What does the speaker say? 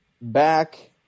back